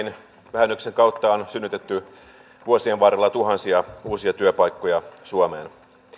vähennyksen kautta on synnytetty vuosien varrella tuhansia uusia työpaikkoja suomeen